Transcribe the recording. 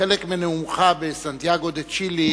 חלק מנאומך בסנטיאגו דה-צ'ילה,